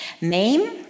Name